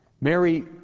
Mary